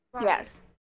yes